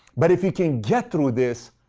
but if you can get through this,